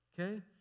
okay